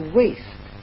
waste